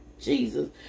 Jesus